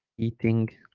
eating